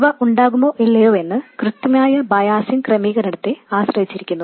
ഇവ ഉണ്ടാകുമോ ഇല്ലയോ എന്ന് കൃത്യമായ ബയാസിങ് ക്രമീകരണത്തെ ആശ്രയിച്ചിരിക്കുന്നു